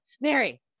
mary